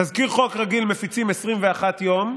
תזכיר חוק רגיל מפיצים 21 יום,